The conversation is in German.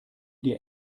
dir